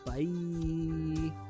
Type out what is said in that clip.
Bye